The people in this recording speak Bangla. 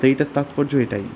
তো এইটার তাৎপর্য এটাই